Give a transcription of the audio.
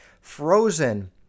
Frozen